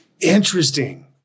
Interesting